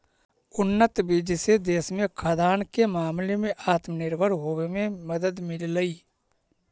उन्नत बीज से देश के खाद्यान्न के मामले में आत्मनिर्भर होवे में मदद मिललई